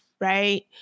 right